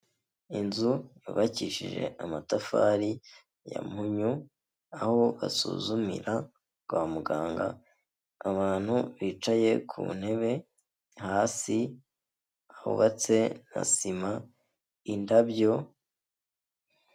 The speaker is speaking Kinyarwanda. Inzu yubakishije amatafari ya mpunyu, aho basuzumira kwa muganga, abantu bicaye ku ntebe hasi hubatse na sima, indabyo.